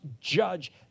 judge